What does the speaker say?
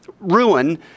ruin